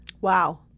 Wow